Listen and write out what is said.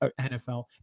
NFL